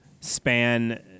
span